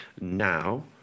now